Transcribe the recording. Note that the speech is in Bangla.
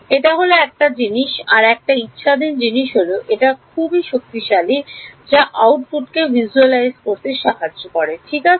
এটা হল একটা জিনিস আর একটা ইচ্ছাধীন জিনিস হল এটা হল খুব শক্তিশালী যা হলো আউটপুট কে visualize করা ঠিক আছে